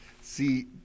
See